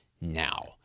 now